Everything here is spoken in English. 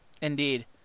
Indeed